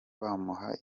bamuha